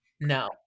no